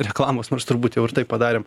reklamos nors turbūt jau ir taip padarėm